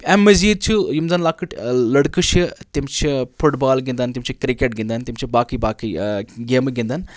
اَمہِ مٔزیٖد چھِ یِم زَن لۄکٕٹۍ لٔڑکہٕ چھِ تِم چھِ فُٹ بال گِنٛدان تِم چھِ کِرٛکَٹ گِنٛدان تِم چھِ باقٕے باقٕے گیمہٕ گِنٛدان